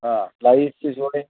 हां